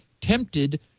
tempted